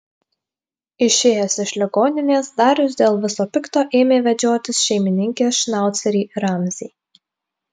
išėjęs iš ligoninės darius dėl viso pikto ėmė vedžiotis šeimininkės šnaucerį ramzį